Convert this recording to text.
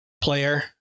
player